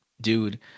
dude